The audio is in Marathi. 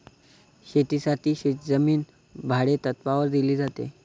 शेतीसाठी शेतजमीन भाडेतत्त्वावर दिली जाते